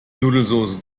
nudelsoße